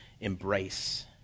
embrace